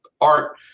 art